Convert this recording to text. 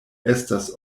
estas